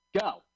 go